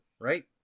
right